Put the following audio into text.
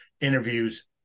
interviews